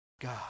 God